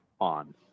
on